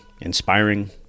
inspiring